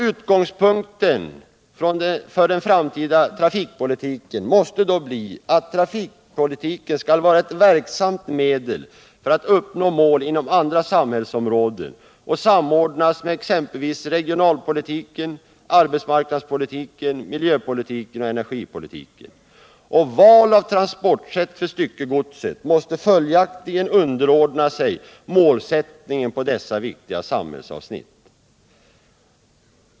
Utgångspunkten för den framtida trafikpolitiken måste då bli att denna skall vara ett verksamt medel för att uppnå mål inom andra samhällsområden och att den skall samordnas med exempelvis regionalpolitiken, arbetsmark nadspolitiken, miljöpolitiken och energipolitiken. Val av transportsätt för styckegodset måste följaktligen underordnas målsättningen på dessa viktiga samhällsavsnitt.